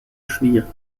schwierig